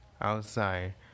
outside